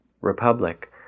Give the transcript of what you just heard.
Republic